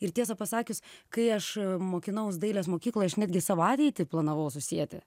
ir tiesą pasakius kai aš mokinaus dailės mokykloj aš netgi savo ateitį planavau susieti